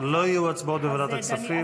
לא יהיו הצבעות בוועדת הכספים.